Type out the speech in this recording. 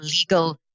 legal